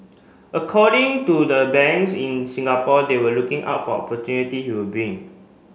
according to the banks in Singapore they were looking out for opportunity he will bring